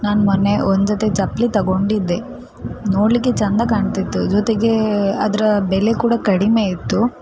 ನಾನು ಮೊನ್ನೆ ಒಂದು ಜೊತೆ ಚಪ್ಪಲಿ ತೊಗೊಂಡಿದ್ದೆ ನೋಡಲಿಕ್ಕೆ ಚೆಂದ ಕಾಣ್ತಿತ್ತು ಜೊತೆಗೆ ಅದರ ಬೆಲೆ ಕೂಡ ಕಡಿಮೆ ಇತ್ತು